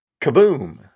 kaboom